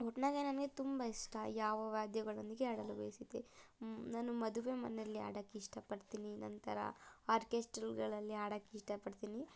ಒಟ್ನಾಗೆ ನನಗೆ ತುಂಬ ಇಷ್ಟ ಯಾವ ವಾದ್ಯಗಳೊಂದಿಗೆ ಹಾಡಲು ಬಯಸುತ್ತೇನೆ ನಾನು ಮದುವೆ ಮನೆಯಲ್ಲಿ ಹಾಡಕ್ಕೆ ಇಷ್ಟಪಡ್ತೀನಿ ನಂತರ ಆರ್ಕೆಸ್ಟ್ರುಗಳಲ್ಲಿ ಹಾಡಕ್ಕೆ ಇಷ್ಟಪಡ್ತೀನಿ